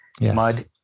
mud